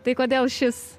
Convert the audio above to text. tai kodėl šis